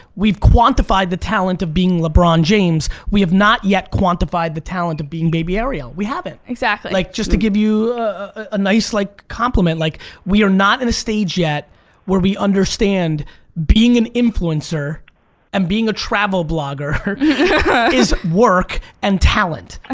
we've quantified the talent of being lebron james. we have not yet quantified the talent of being baby ariel, we haven't. like just to give you a nice like compliment. like we are not in a stage yet where we understand being an influencer and being a travel blogger is work and talent.